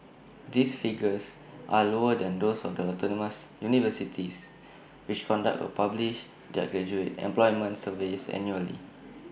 these figures are lower than those of the autonomous universities which conduct A publish their graduate employment surveys annually